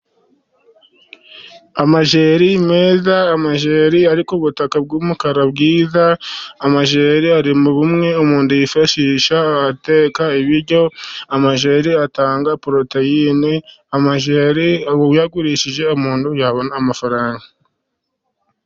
Amajeri meza amajeri ari ku ubutaka bwumukara bwiza, amajeri ari mu bimwe umuntu yifashisha ateka ibiryo, amajeri atanga poroteyine, amajeri uyagurishije umuntu yabona amafaranga.